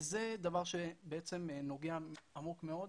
זה דבר נוגע עמוק מאוד.